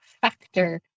factor